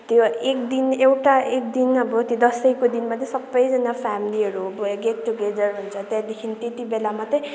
त्यो एक दिन एउटा एक दिन अब त्यो दसैँको दिन मात्रै सबैजना फ्यामिलीहरू अब गेट टुगेदर हुन्छ त्यहाँदेखि त्यति बेला मात्रै